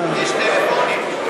תוכן,